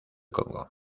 congo